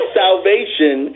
salvation